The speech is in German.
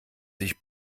sich